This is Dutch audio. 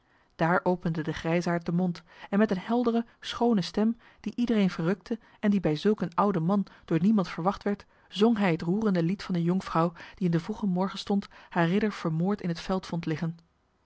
daar opende de grijsaard den mond en met eene heldere schoone stem die iedereen verrukte en die bij zulk een ouden man door niemand verwacht werd zong hij het roerende lied van de jonkvrouw die in den vroegen morgenstond haar ridder vermoord in het veld vond liggen